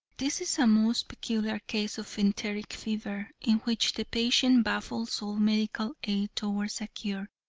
this is a most peculiar case of enteric fever, in which the patient baffles all medical aid towards a cure.